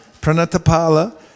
pranatapala